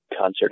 concert